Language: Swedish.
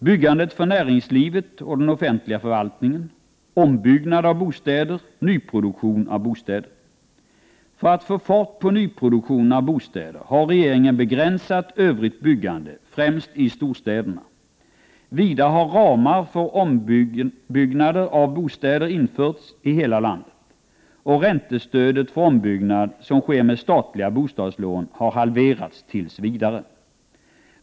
Byggandet för näringslivet och den offentliga förvaltningen, ombyggnad av bostäder och nyproduktion av bostäder. För att få fart på nyproduktionen av bostäder har regeringen begränsat övrigt byggande främst i storstäderna. Vidare har ramar för ombyggnader av bostäder införts i hela landet, och räntestödet för ombyggnader som sker med statliga bostadslån har halverats tills vidare.